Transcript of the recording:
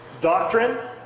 Doctrine